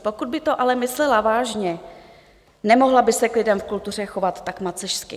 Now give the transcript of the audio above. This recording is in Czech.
Pokud by to ale myslela vážně, nemohla by se k lidem v kultuře chovat tak macešsky.